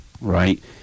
right